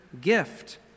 gift